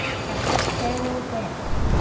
kept a faro bank,